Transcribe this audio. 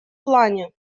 плане